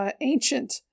ancient